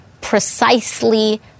precisely